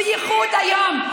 בייחוד היום,